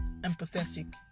empathetic